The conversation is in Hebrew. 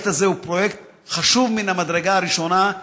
הפרויקט הזה הוא פרויקט חשוב מן המדרגה הראשונה,